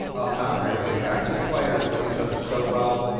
oh, not really. in fact, these players know each other so well,